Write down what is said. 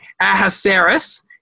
Ahasuerus